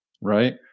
right